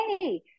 hey